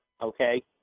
okay